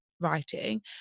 writing